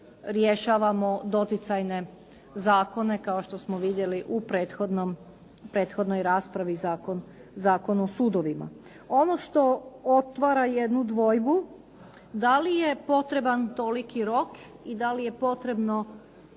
rješavamo doticajne zakone kao što smo vidjeli u prethodnoj raspravi Zakon o sudovima. Ono što otvara jednu dvojbu da li je potreban toliki rok i da li je potrebno